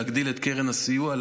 להגדיל את קרן הסיוע,